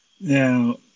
Now